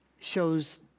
shows